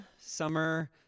summer